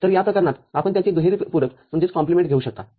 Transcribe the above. तर या प्रकरणात आपण त्याचे दुहेरी पूरक घेऊ शकता